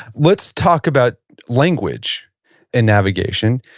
let's talk about language and navigation.